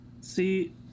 see